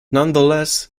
nonetheless